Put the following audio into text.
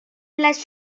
les